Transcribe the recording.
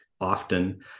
often